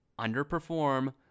underperform